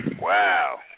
Wow